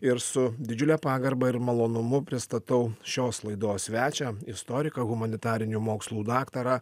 ir su didžiule pagarba ir malonumu pristatau šios laidos svečią istoriką humanitarinių mokslų daktarą